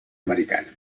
americana